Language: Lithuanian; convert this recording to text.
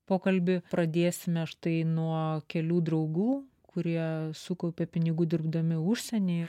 pokalbį pradėsime štai nuo kelių draugų kurie sukaupė pinigų dirbdami užsienyje